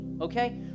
Okay